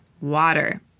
water